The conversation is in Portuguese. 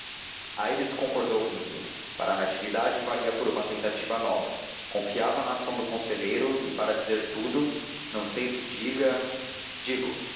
e verá aires concordou rindo para natividade valia por uma tentativa nova confiava na ação do conselheiro e para dizer tudo não sei se diga digo